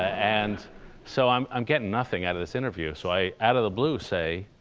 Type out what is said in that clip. and so i'm i'm getting nothing out of this interview. so i, out of the blue, say,